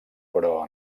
però